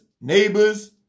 neighbors